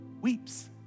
weeps